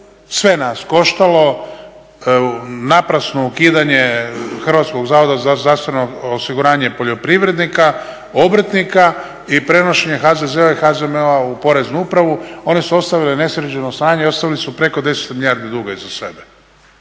sve nas koštalo, naprasno ukidanje Hrvatskog zavoda za zdravstveno osiguranje poljoprivrednika, obrtnika i prenošenje HZZO-a i HZMO-a u Poreznu upravu, oni su ostavili nesređeno stanje, ostavili su preko 10 milijardi duga iza sebe.